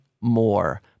more